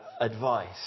advice